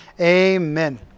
Amen